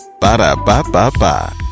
Ba-da-ba-ba-ba